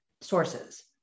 sources